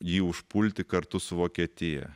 jį užpulti kartu su vokietija